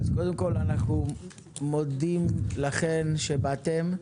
קודם כול אנחנו מודים לכן שבאתן.